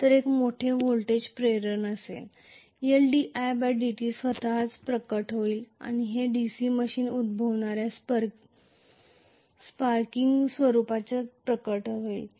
तेथे एक मोठा व्होल्टेज प्रेरण असेल Ldidt स्वतःच प्रकट होईल आणि हे DC मशीनमध्ये उद्भवणाऱ्या स्पार्किंगच्या स्वरूपात प्रकट होते